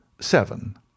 seven